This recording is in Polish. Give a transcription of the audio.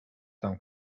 tam